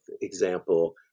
example